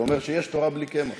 זה אומר שיש תורה בלי קמח.